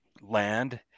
land